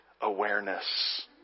awareness